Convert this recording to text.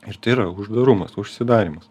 ir tai yra uždarumas užsidarymas